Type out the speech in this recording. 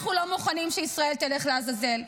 אנחנו לא מוכנים שישראל תלך לעזאזל,